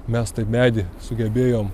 mes tą medį sugebėjome